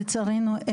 לצערנו,